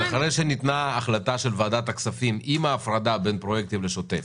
אחרי שנתקבלה ההחלטה של ועדת הכספים עם ההפרדה בין פרויקטים לשוטף,